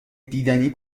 دیدنی